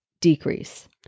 decrease